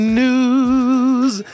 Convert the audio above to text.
news